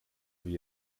wie